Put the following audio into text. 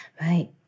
Right